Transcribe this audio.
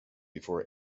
before